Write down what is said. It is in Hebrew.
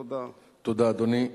תודה, אדוני.